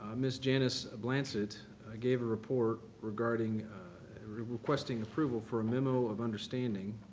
ms. janice blansit gave a report regarding requesting approval for a memo of understanding,